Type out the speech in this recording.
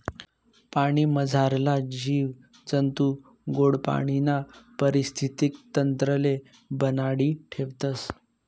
पाणीमझारला जीव जंतू गोड पाणीना परिस्थितीक तंत्रले बनाडी ठेवतस